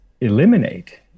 eliminate